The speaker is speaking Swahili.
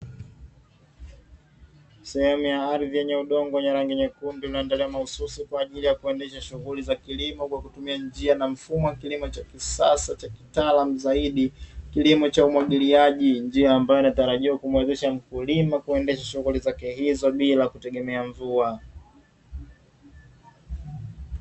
Sehemu ya ardhi yenye udongo wenye rangi nyekundu unaoandaliwa mahususi kwa ajili ya kuendesha shughuli za kilimo kwa kutumia njia na mfumo wa kilimo cha kisasa cha kitaalamu zaidi, kilimo cha umwagiliaji. Njia ambayo inatarajiwa kumwezesha mkulima kuendesha shughuli zake hizo bila kutegemea mvua.